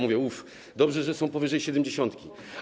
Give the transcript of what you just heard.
Mówię: uff, dobrze, że są powyżej siedemdziesiątki.